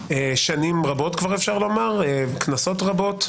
כבר שנים רבות, אפשר לומר, כנסות רבות,